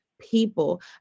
people